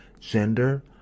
gender